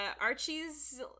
Archie's